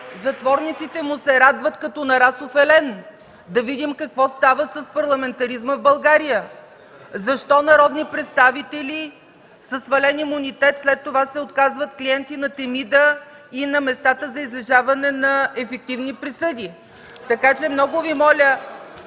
затворниците му се радват като на расов елен – да видим какво става с парламентаризма в България, защо народни представители със свален имунитет след това се оказват клиенти на Темида и на местата за излежаване на ефективни присъди. (Шум и реплики.)